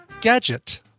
gadget